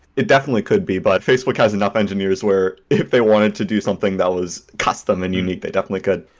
it definitely could be, but facebook has enough engineers where if they wanted to do something that was custom and unique, they definitely could.